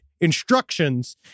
instructions